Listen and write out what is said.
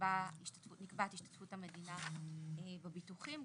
נקבעת השתתפות המדינה בביטוחים,